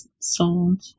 sold